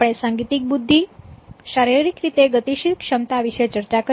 આપણે સાંગીતિક બુદ્ધિ શારીરિક રીતે ગતિશીલ ક્ષમતા વિશે ચર્ચા કરી